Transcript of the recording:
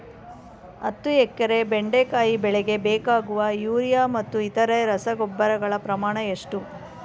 ಹತ್ತು ಎಕರೆ ಬೆಂಡೆಕಾಯಿ ಬೆಳೆಗೆ ಬೇಕಾಗುವ ಯೂರಿಯಾ ಮತ್ತು ಇತರೆ ರಸಗೊಬ್ಬರಗಳ ಪ್ರಮಾಣ ಎಷ್ಟು?